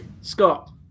Scott